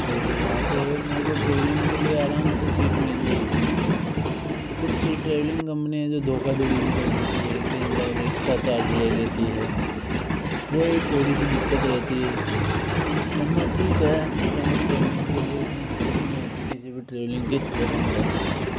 तो वहाँ पर मेरे को ट्रैवलिंग के लिए आराम से सीट मिल गई थी और कुछ ट्रैवलिंग कंपनियाँ हैं जो धोखाधड़ी भी कर देती है कई बार एक्स्ट्रा चार्ज ले लेती हैं वो एक थोड़ी सी दिक्कत रहती है वरना ठीक है अपने को ट्रैवलिंग के लिए इतनी दिक्कत नहीं आती किसी भी ट्रैवलिंग के थ्रू हम जा सकते हैं